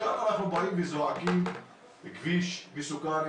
כאן אנחנו באים וזועקים שהכביש מסוכן.